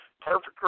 perfect